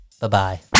Bye-bye